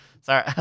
Sorry